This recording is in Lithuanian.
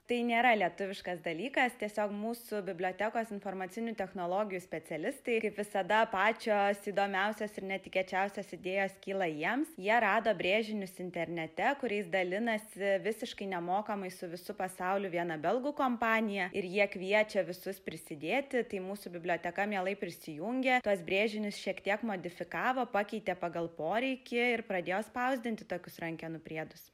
tai nėra lietuviškas dalykas tiesiog mūsų bibliotekos informacinių technologijų specialistai kaip visada pačios įdomiausios ir netikėčiausios idėjos kyla jiems jie rado brėžinius internete kuriais dalinasi visiškai nemokamai su visu pasauliu viena belgų kompanija ir jie kviečia visus prisidėti tai mūsų biblioteka mielai prisijungė tuos brėžinius šiek tiek modifikavo pakeitė pagal poreikį ir pradėjo spausdinti tokius rankenų priedus